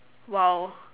!wow!